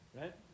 right